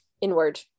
inward